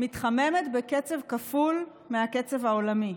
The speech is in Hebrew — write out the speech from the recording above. מתחממת בקצב כפול מהקצב העולמי,